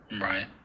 right